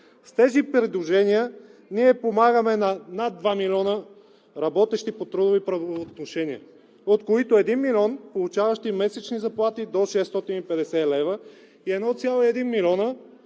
С тези предложения ние помагаме на над 2 милиона работещи по трудови правоотношения, от които 1 милион, получаващи месечни заплати до 650 лв., и 1,1 милиона,